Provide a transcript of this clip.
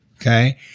okay